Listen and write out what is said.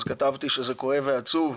אז כתבתי שזה כואב ועצוב.